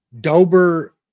Dober